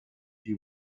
die